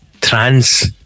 trans